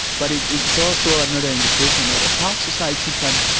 but it's it's also another indication of how society can.